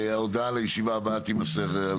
ההודעה על הישיבה הבאה תימסר.